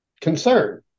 concern